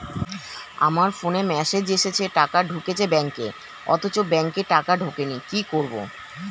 আমার ফোনে মেসেজ এসেছে টাকা ঢুকেছে ব্যাঙ্কে অথচ ব্যাংকে টাকা ঢোকেনি কি করবো?